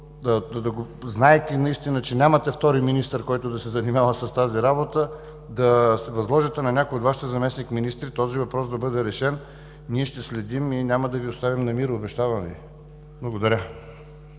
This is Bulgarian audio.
знаейки, че нямате втори министър, който да се занимава с такава работа, да възложите на някого от Вашите заместник-министри този въпрос да бъде решен. Ние ще следим и няма да Ви оставим на мира, обещавам Ви. Благодаря